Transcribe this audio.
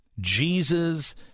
Jesus